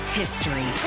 history